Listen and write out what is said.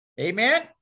Amen